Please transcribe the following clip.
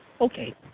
Okay